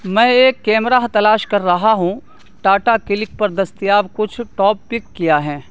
میں ایک کیمرہ تلاش کر رہا ہوں ٹاٹا کلک پر دستیاب کچھ ٹاپ پک کیا ہیں